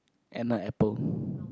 and a apple